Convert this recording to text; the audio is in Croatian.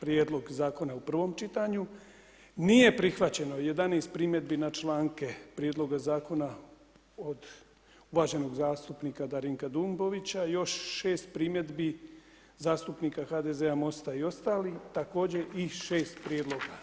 prijedlog zakona u prvom čitanju, nije prihvaćeno 11 primjedbi na članke prijedloga zakona od uvaženog zastupnika Darinka Dumbovića, još 6 primjedbi zastupnika HDZ-a, MOST-a i ostalih, također i 6 prijedloga.